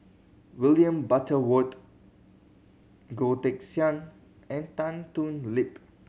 William Butterworth Goh Teck Sian and Tan Thoon Lip